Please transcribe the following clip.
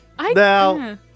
Now